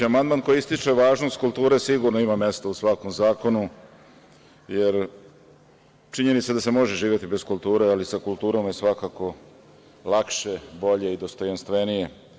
Amandman koji ističe važnost kulture sigurno ima mesta u svakom zakonu, jer činjenica je da se može živeti bez kulture, ali sa kulturom je svakako lakše, bolje i dostojanstvenije.